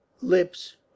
Lips